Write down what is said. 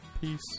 Peace